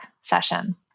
session